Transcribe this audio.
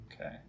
Okay